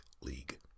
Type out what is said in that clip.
League